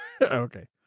okay